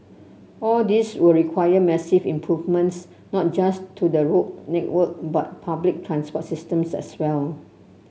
all this will require massive improvements not just to the road network but public transport systems as well